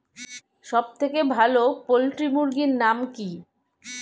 সবথেকে ভালো পোল্ট্রি মুরগির নাম কি?